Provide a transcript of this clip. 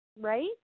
right